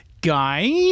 guy